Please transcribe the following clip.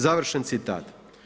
Završen citat.